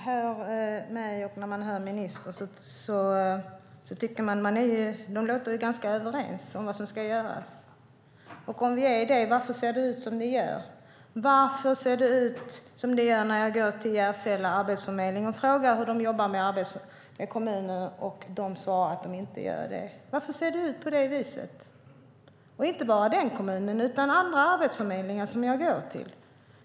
Fru talman! Det låter som om jag och ministern är ganska överens om vad som ska göras. Men om vi är det, varför ser det då ut som det gör? När jag går till Järfälla arbetsförmedling och frågar hur de jobbar med kommunen svarar de att de inte gör det. Varför ser det ut på det viset? Och det gäller inte bara i den kommunen, utan det gäller även andra arbetsförmedlingar som jag går till.